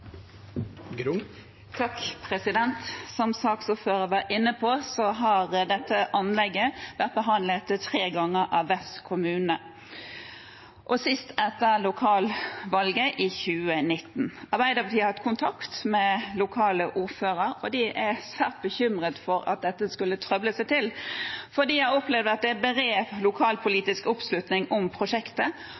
Som saksordføreren var inne på, har dette anlegget vært behandlet tre ganger av Vefsn kommune, sist etter lokalvalget i 2019. Arbeiderpartiet har hatt kontakt med den lokale ordføreren, og de er svært bekymret for at dette skulle trøble seg til. De har opplevd at det er bred lokalpolitisk oppslutning om prosjektet,